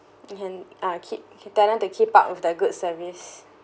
ah keep tell them to keep up with the good service